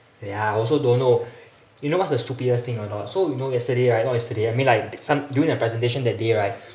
ya I also don't know you know what's the stupidest thing or not so you know yesterday right not yesterday I mean like some during the presentation that day right